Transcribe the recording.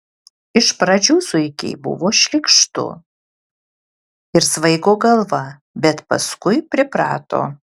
iš pradžių zuikai buvo šlykštu ir svaigo galva bet paskui priprato